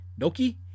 Noki